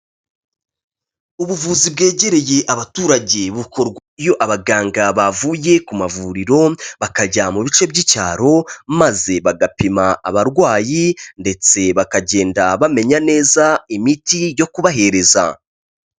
Ubuvuzi bwegereye abaturage bukorwa iyo abaganga bavuye ku mavuriro, bakajya mu bice by'icyaro maze bagapima abarwayi ndetse bakagenda bamenya neza imiti yo kubahereza.